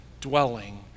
dwelling